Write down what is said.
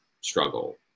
struggle